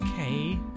Okay